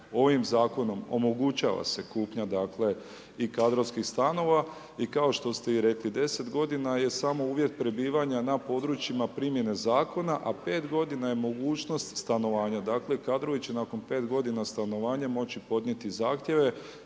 Ovim zakonom omogućava se kupnja dakle i kadrovskih stanova i kao što ste i rekli 10 godina je samo uvjet prebivanja na područjima primjene zakona, a 5 godina je mogućnost stanovanja. Dakle, kadrovi će nakon 5 godina stanovanja moći podnijeti zahtjeve